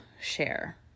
share